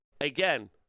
Again